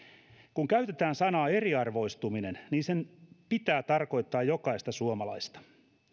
kun käytetään sanaa eriarvoistuminen niin sen pitää tarkoittaa jokaista suomalaista